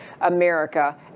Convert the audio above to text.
America